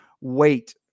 Wait